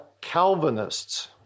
Calvinists